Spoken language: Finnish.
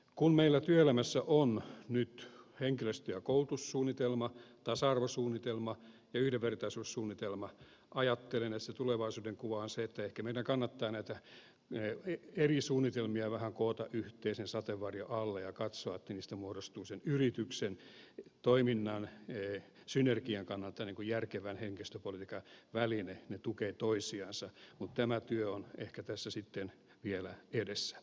kun meillä työelämässä on nyt henkilöstö ja koulutussuunnitelma tasa arvosuunnitelma ja yhdenvertaisuussuunnitelma ajattelen että se tulevaisuudenkuva on se että ehkä meidän kannattaa näitä eri suunnitelmia vähän koota yhteisen sateenvarjon alle ja katsoa että niistä muodostuu sen yrityksen toiminnan synergian kannalta järkevän henkilöstöpolitiikan väline ne tukevat toisiansa mutta tämä työ on ehkä tässä sitten vielä edessä